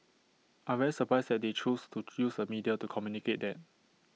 I'm very surprised that they choose to use the media to communicate that